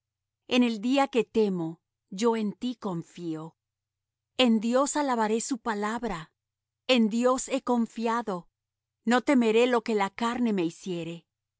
en el día que temo yo en ti confío en dios alabaré su palabra en dios he confiado no temeré lo que la carne me hiciere